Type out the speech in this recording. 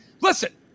listen